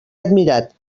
admirat